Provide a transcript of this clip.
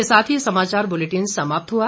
इसी के साथ ये समाचार बुलेटिन समाप्त हुआ